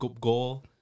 goal